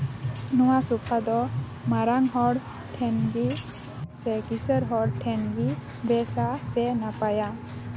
ᱱᱚᱣᱟ ᱥᱚᱯᱷᱟ ᱫᱚ ᱢᱟᱨᱟᱝ ᱦᱚᱲ ᱴᱷᱮᱱ ᱜᱮ ᱥᱮ ᱠᱤᱥᱟᱹᱲ ᱦᱚᱲ ᱴᱷᱮᱱ ᱜᱮ ᱵᱮᱥᱟ ᱥᱮ ᱱᱟᱯᱟᱭᱟ